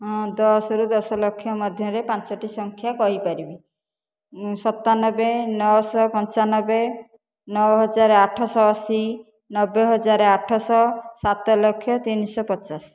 ହଁ ଦଶରୁ ଦଶଲକ୍ଷ ମଧ୍ୟରେ ପାଞ୍ଚଟି ସଂଖ୍ୟା କହିପାରିବି ସତାନବେ ନଅଶହ ପଞ୍ଚାନବେ ନଅହଜାର ଆଠଶହ ଅଶି ନବେହଜାର ଆଠଶହ ସାତଲକ୍ଷ ତିନିଶହ ପଚାଶ